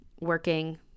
working